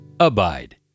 Abide